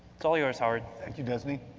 it's all yours, howard. thank you, desni.